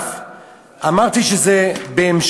נוסף על כך, אמרתי שזה בהמשך